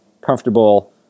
comfortable